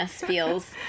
feels